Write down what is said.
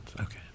Okay